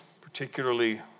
particularly